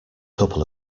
couple